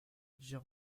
j’ai